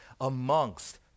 amongst